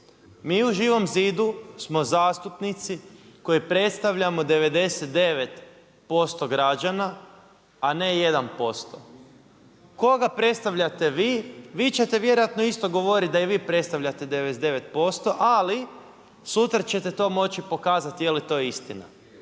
Mi u Živom zidu smo zastupnici koji predstavljamo 99% građana a ne 1%. Koga predstavljate vi? Vi ćete vjerojatno isto govoriti da i vi predstavljate 99% ali sutra ćete to moći pokazati je li to istina.